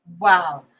Wow